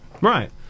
Right